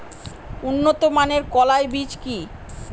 উন্নত মানের কলাই বীজ কি?